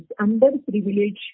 underprivileged